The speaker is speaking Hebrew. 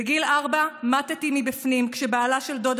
בגיל ארבע מתִי מבפנים כשבעלה של דודה